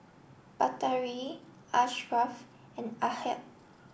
Batari Ashraf and Ahad